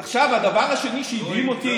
לא איבדה.